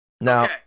Now